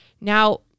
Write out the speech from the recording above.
Now